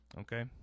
okay